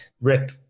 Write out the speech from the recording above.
rip